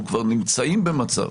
אנחנו כבר נמצאים במצב